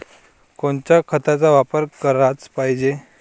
कोनच्या खताचा वापर कराच पायजे?